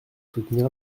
soutenir